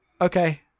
okay